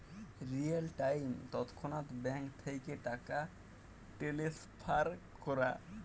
real time তৎক্ষণাৎ bank থ্যাইকে টাকা টেলেসফার ক্যরা